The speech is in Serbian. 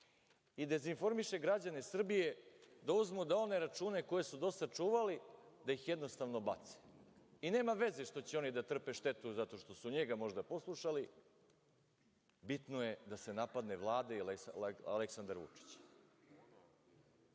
Dezinformiše građane Srbije da uzmu one račune koje su do sada sačuvali i jednostavno da ih bace. Nema veze što će oni da trpe štetu zato što su njega možda poslušali, bitno je da se napadne Vlada i Aleksandar Vučić. Imamo